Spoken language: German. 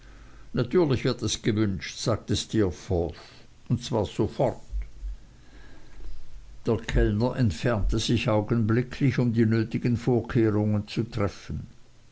natürlich wird es gewünscht sagte steerforth und zwar sofort der kellner entfernte sich augenblicklich um die nötigen vorkehrungen zu treffen